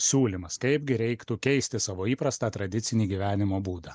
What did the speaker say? siūlymas kaipgi reiktų keisti savo įprastą tradicinį gyvenimo būdą